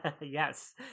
yes